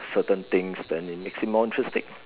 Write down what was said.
certain things then it makes it more interesting